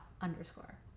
underscore